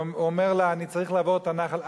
הוא אומר לה: אני צריך לעבור את הנחל,